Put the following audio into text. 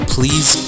Please